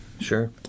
Sure